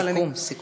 סיכום, סיכום.